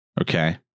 Okay